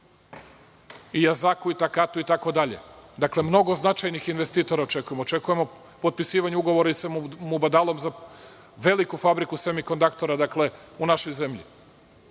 i „Azaka“ i „Takatu“ itd. Dakle mnogo značajnih investitora očekujemo. Očekujemo potpisivanje ugovora sa „Mubadalom“, veliku fabriku sa Mikondaktora dakle, u našoj zemlji.